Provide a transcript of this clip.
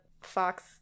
fox